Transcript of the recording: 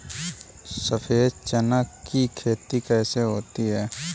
सफेद चना की खेती कैसे होती है?